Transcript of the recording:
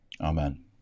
Amen